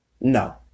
no